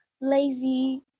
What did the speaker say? lazy